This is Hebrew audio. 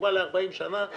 שבא ל-40 שנה,